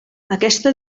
aquesta